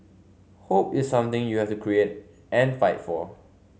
hope is something you have to create and fight for